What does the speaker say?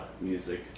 music